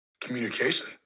communication